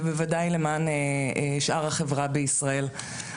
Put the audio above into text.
ובוודאי למען שאר החברה בישראל.